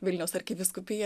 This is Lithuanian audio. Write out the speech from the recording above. vilniaus arkivyskupija